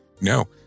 no